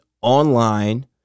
online